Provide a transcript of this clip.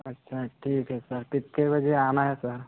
अच्छा ठीक है सर कितने बजे आना है सर